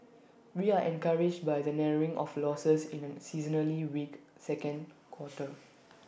we are encouraged by the narrowing of losses in A seasonally weak second quarter